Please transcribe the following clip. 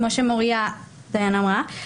כמו שמוריה דיין אמרה,